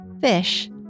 fish